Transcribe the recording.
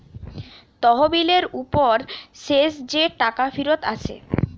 তহবিলের উপর শেষ যে টাকা ফিরত আসে